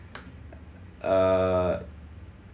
err